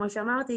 כמו שאמרתי,